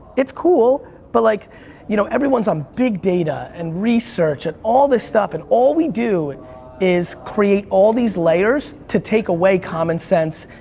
it's cool but like you know everyone's on big data and research and all this stuff. and all we do and is create all these layers to take away common sense,